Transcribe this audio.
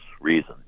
reason